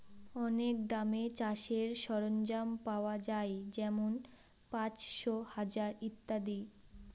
অনেক দামে চাষের সরঞ্জাম পাওয়া যাই যেমন পাঁচশো, হাজার ইত্যাদি